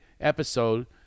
episode